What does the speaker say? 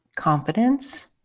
Confidence